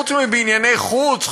חוץ מבענייני חוץ,